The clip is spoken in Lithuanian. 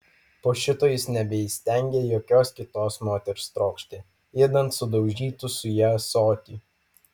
po šito jis nebeįstengė jokios kitos moters trokšti idant sudaužytų su ja ąsotį